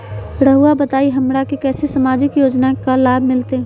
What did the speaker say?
रहुआ बताइए हमरा के कैसे सामाजिक योजना का लाभ मिलते?